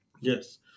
Yes